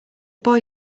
boy